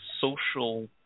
social –